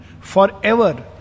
Forever